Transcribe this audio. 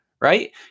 right